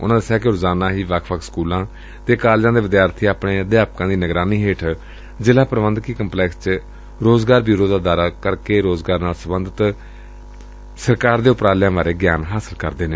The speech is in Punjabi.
ਉਨੂਾ ਦੱਸਿਆ ਕਿ ਰੋਜਾਨਾ ਹੀ ਵੱਖ ਵੱਖ ਸਕੁਲਾਂ ਤੇ ਕਾਲਜਾਂ ਦੇ ਵਿਦਿਆਰਬੀ ਆਪਣੇ ਅਧਿਆਪਕਾਂ ਦੀ ਨਿਗਰਾਨੀ ਹੇਠ ਜਿਲਾ ਪੂਬੰਧਕੀ ਕੰਪਲੈਕਸ ਵਿਖੇ ਸਬਾਪਤ ਰੋਜ਼ਗਾਰ ਬਿਉਰੋ ਦਾ ਦੌਰਾ ਕਰਕੇ ਰੋਜ਼ਗਾਰ ਨਾਲ ਸਬੰਧਤ ਸਰਕਾਰ ਦੇ ਉਪਰਾਲਿਆਂ ਬਾਰੇ ਗਿਆਨ ਹਾਸਲ ਕਰਦੇ ਨੇ